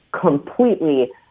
completely